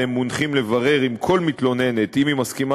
והם מונחים לברר עם כל מתלוננת אם היא מסכימה